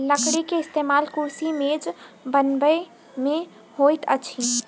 लकड़ी के इस्तेमाल कुर्सी मेज बनबै में होइत अछि